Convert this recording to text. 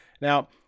Now